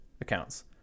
accounts